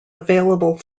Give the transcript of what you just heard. available